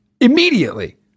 Immediately